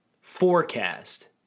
forecast